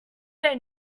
they